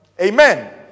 Amen